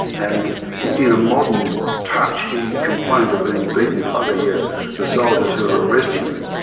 and in a modern touch he complained of being beaten by the yeah the soldiers who were arresting him.